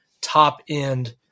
top-end